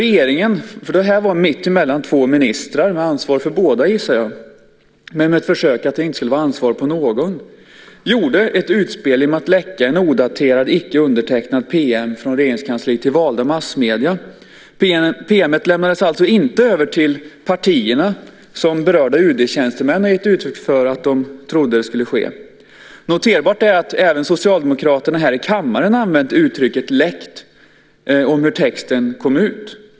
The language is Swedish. Regeringen gjorde - det här var mittemellan två ministrar med båda som ansvariga men med ett försök att det inte skulle vara någons ansvar - ett utspel med läcka i en odaterad icke undertecknad PM från Regeringskansliet till valda massmedier. PM:en lämnades alltså inte över till partierna, som berörda UD-tjänstemän hade gett uttryck för att de trodde skulle ske. Noterbart är att även Socialdemokraterna här i kammaren använt uttrycket "läckt" om hur texten kom ut.